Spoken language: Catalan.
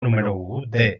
número